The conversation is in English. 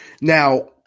Now